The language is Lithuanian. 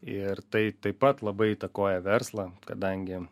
ir tai taip pat labai įtakoja verslą kadangi